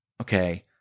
Okay